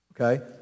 Okay